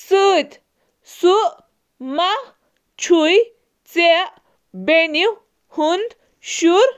سۭتۍ۔ مےٚ چھُ باسان سُہ چُھ تُہُنٛد بیٚنتھٕر۔